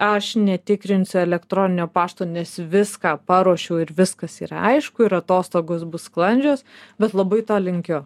aš netikrinsiu elektroninio pašto nes viską paruošiau ir viskas yra aišku ir atostogos bus sklandžios bet labai to linkiu